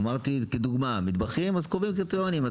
אמרתי כדוגמה מטבחים, אז קובעים קריטריונים.